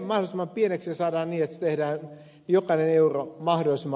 mahdollisimman pieneksi se saadaan niin että jokainen euro tehdään mahdollisimman vaikuttavaksi